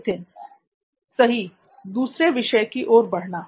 नित्थिन सही दूसरे विषय की ओर बढ़ना